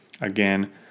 Again